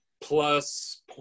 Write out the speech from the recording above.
plus